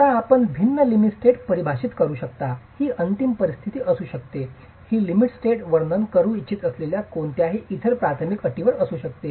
आता आपण भिन्न लिमिट स्टेट परिभाषित करू शकता ही अंतिम परिस्थिती असू शकते ही लिमिट स्टेट वर्णन करू इच्छित असलेल्या कोणत्याही इतर प्राथमिक अटींवर असू शकते